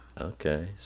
Okay